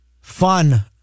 fun